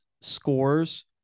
scores